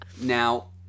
Now